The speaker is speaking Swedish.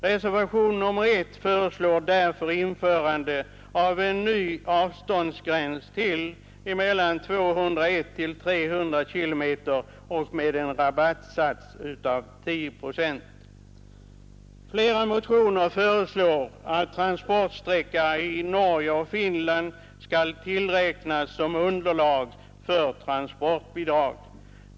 Reservationen 1 föreslår därför införande av en ny avståndsklass, 201-300 km, med en rabattsats av 10 procent. Flera motioner föreslår att transportsträcka i Norge och Finland skall tillgodoräknas som underlag för transportbidrag.